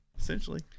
Essentially